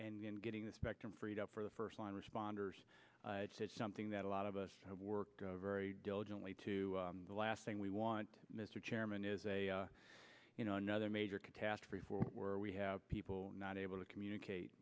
certain and getting the spectrum freed up for the first line responders to something that a lot of us have worked very diligently to the last thing we want mr chairman is a you know another major catastrophe for where we have people not able to communicate